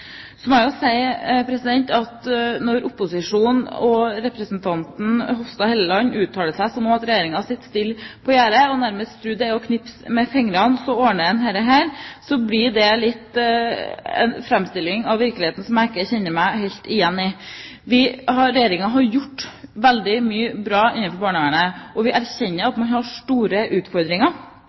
Så må jeg jo si at når opposisjonen og representanten Hofstad Helleland uttaler seg som om Regjeringen sitter stille, på gjerdet – de tror nærmest det bare er å knipse med fingrene, så ordnes dette – blir det en framstilling av virkeligheten som jeg ikke kjenner meg helt igjen i. Regjeringen har gjort veldig mye bra innenfor barnevernet, og vi erkjenner at man har store utfordringer.